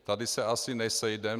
Tady se asi nesejdeme.